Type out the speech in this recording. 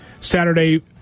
Saturday